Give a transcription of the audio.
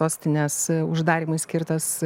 sostinės uždarymui skirtas